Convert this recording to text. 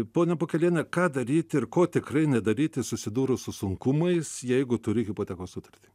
ponia pukeliene ką daryti ir ko tikrai nedaryti susidūrus su sunkumais jeigu turi hipotekos sutartį